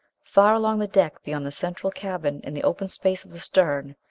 far along the deck, beyond the central cabin in the open space of the stern,